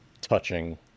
touching